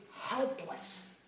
helpless